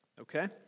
okay